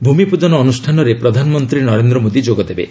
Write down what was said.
ଭୂମିପୂଜନ ଅନୁଷ୍ଠାନରେ ପ୍ରଧାନମନ୍ତ୍ରୀ ନରେନ୍ଦ୍ର ମୋଦୀ ଯୋଗ ଦେବେ